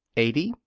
eighty.